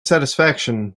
satisfaction